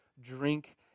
drink